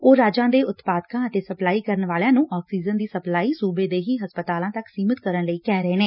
ਉਹ ਰਾਜਾਂ ਦੇ ਉਤਪਾਦਕਾਂ ਅਤੇ ਸਪਲਾਈ ਕਰਨ ਵਾਲਿਆਂ ਨੂੰ ਆਕਸੀਜਨ ਦੀ ਸਪਲਾਈ ਸੁਬੇ ਦੇ ਹਸਪਤਾਲਾਂ ਤੱਕ ਸੀਮਿਤ ਕਰਨ ਲਈ ਕਹਿ ਰਹੇ ਨੇ